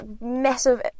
massive